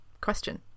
question